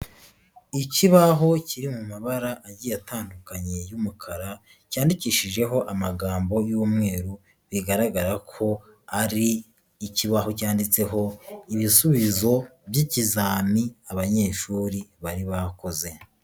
Ikibaho kiri mu mabara agiye atandukanye y'umukara cyandikishijeho amagambo y'umweru bigaragara ko ari ikibaho cyanditseho ibisubizo by'ikizami abanyeshuri bari bakoze.